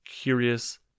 curious